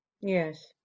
Yes